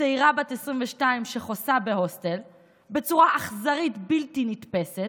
צעירה בת 22 שחוסה בהוסטל בצורה אכזרית בלתי נתפסת,